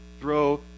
throw